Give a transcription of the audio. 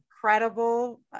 credible